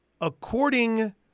According